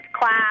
class